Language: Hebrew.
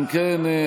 אם כן,